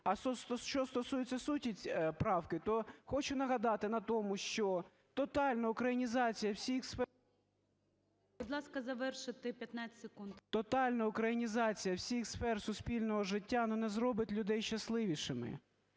А що стосується суті правки, то хочу нагадати на тому, що тотальна українізація всіх сфер… ГОЛОВУЮЧИЙ. Будь ласка, завершити 15 секунд. ДОЛЖЕНКОВ О.В. Тотальна українізація всіх сфер суспільного життя не зробить людей щасливішими,